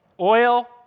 oil